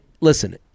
listen